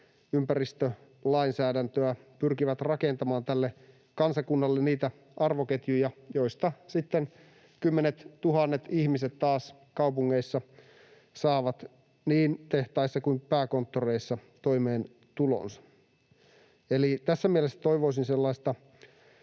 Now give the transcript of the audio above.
ympäristölainsäädäntöä, pyrkivät rakentamaan tälle kansakunnalle niitä arvoketjuja, joista sitten kymmenet tuhannet ihmiset taas kaupungeissa saavat, niin tehtaissa kuin pääkonttoreissa, toimeentulonsa. Eli tässä mielessä toivoisin,